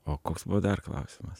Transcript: o koks buvo dar klausimas